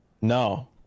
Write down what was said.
No